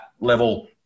level